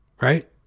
right